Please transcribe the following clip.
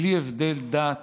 בלי הבדל דת,